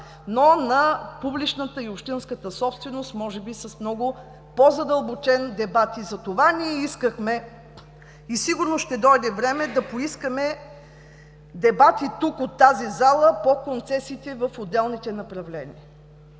но на публичната и общинската собственост може би с много по-задълбочен дебат. Затова ние искахме и сигурно ще дойде време да поискаме дебати в залата по концесиите в отделните направления